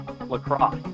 lacrosse